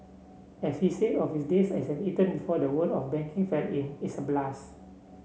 as he said of his days as an intern before the world of banking fell in it's a blast